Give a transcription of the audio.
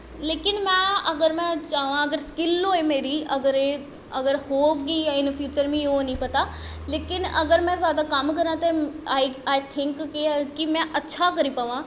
लेकिन में अगर में चांह् अगर स्किल होए मेरी अगर होग इन फ्यूचर ओह् निं मिगी पता लेकिन अगर में जैदा कम्म करां ते आई थिंक कि में अच्छा करी पामां